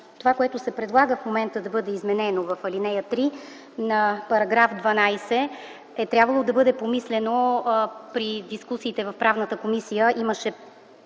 това, което се предлага в момента да бъде изменено в ал. 3 на § 12, е трябвало да бъде помислено при дискусиите в Правната комисия.